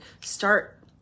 Start